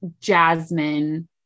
jasmine